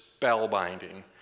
spellbinding